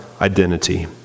identity